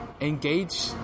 engage